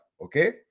okay